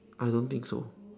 I don't think so